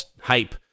hype